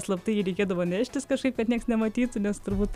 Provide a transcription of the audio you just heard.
slaptai reikėdavo neštis kažkaip kad niekas nematytų nes turbūt